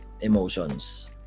emotions